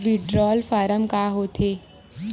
withdrawal form का होथेय